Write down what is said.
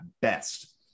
best